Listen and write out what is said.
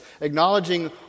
acknowledging